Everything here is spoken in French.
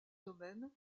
domaine